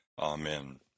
Amen